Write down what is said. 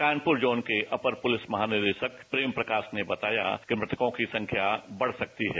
Kanpur zone के अपर police महानिदेशक प्रेम प्रकाश ने बताया कि मृतकों की संख्या बढ़ सकती है